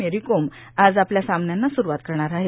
मेरीकोम आज आपल्या सामन्यांना सुरूवात करणार आहे